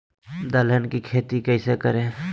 दलहन की खेती कैसे करें?